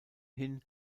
hin